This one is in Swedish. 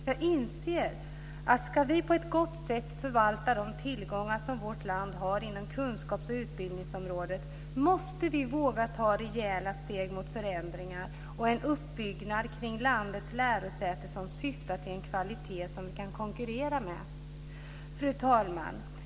Jag inser att om vi på ett gott sätt ska förvalta de tillgångar som vårt land har inom kunskapsoch utbildningsområdet måste vi våga ta rejäla steg mot förändringar och mot en uppbyggnad kring landets lärosäten som syftar till en kvalitet som man kan konkurrera med. Fru talman!